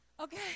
Okay